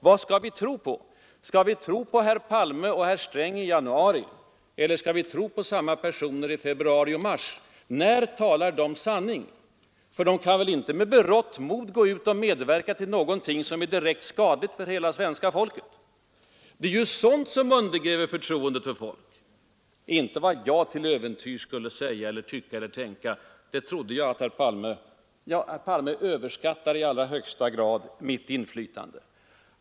Vad skall vi tro på? Skall vi tro på herrar Palme och Sträng i januari och kan vi tro på samma personer i februari och mars? När talar de sanning? De kan väl inte med berått mod medverka till något som är direkt skadligt för hela svenska folket? Det är sådant som undergräver folks förtroende, inte vad jag till äventyrs skulle säga, tycka eller tänka. Herr Palme överskattar i allra högsta grad mitt inflytande.